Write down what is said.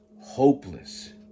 hopeless